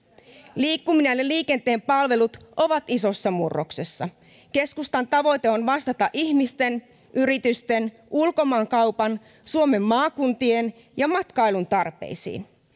liikkuminen ja liikenteen palvelut ovat isossa murroksessa keskustan tavoite on vastata ihmisten yritysten ulkomaankaupan suomen maakuntien ja matkailun tarpeisiin